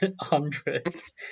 hundreds